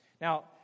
Now